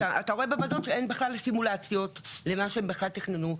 אתה רואה בוועדות שאין סימולציות למה שהם תכננו.